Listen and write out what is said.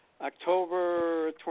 October